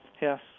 Yes